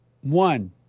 One